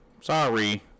Sorry